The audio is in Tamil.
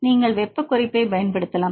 நீங்கள் வெப்பக் குறைப்பு பயன்படுத்தலாம்